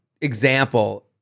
example